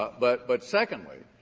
but but secondly,